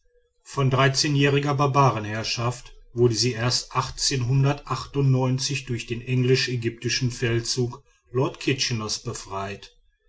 von dreizehnjähriger barbarenherrschaft wurde sie erst durch den englisch ägypischen feldzug lord kitcheners befreit